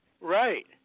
Right